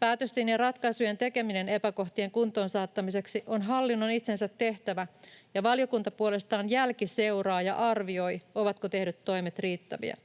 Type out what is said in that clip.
Päätösten ja ratkaisujen tekeminen epäkohtien kuntoon saattamiseksi on hallinnon itsensä tehtävä, ja valiokunta puolestaan jälkiseuraa ja arvioi, ovatko tehdyt toimet riittäviä.